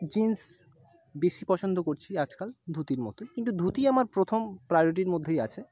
jeans বেশি পছন্দ করছি আজকাল ধুতির মতোই কিন্তু ধুতি আমার প্রথম প্রায়োরিটির মধ্যেই আছে